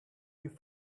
your